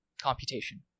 computation